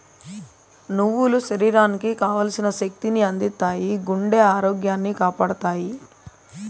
నువ్వులు శరీరానికి కావల్సిన శక్తి ని అందిత్తాయి, గుండె ఆరోగ్యాన్ని కాపాడతాయి